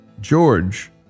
George